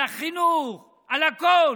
על החינוך, על הכול.